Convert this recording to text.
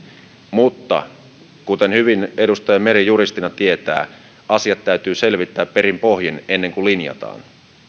mutta kuten hyvin edustaja meri juristina tietää asiat täytyy selvittää perin pohjin ennen kuin linjataan